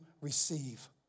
receive